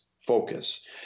Focus